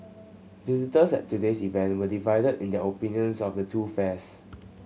visitors at today's event were divided in their opinions of the two fairs